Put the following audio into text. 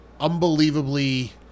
unbelievably